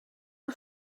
nhw